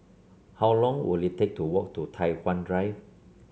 how long will it take to walk to Tai Hwan Drive